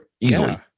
easily